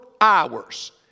hours